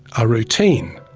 are routine.